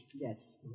Yes